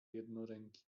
jednoręki